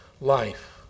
life